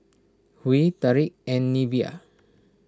Huey Tariq and Neveah